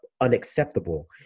unacceptable